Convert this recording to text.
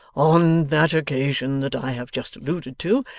on that occasion that i have just alluded to,